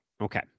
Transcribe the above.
okay